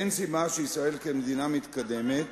אין סיבה שישראל, כמדינה מתקדמת,